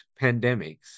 pandemics